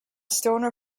stonor